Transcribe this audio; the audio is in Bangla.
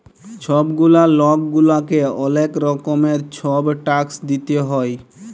ছব গুলা লক গুলাকে অলেক রকমের ছব ট্যাক্স দিইতে হ্যয়